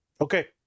Okay